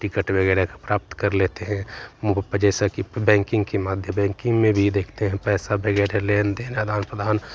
ticket वग़ैरह प्राप्त कर लेते हैं जैसा कि बैंकिन्ग के माध्यम बैंकिन्ग में भी देखते हैं कि पैसा वग़ैरह लेनदेन आदान प्रदान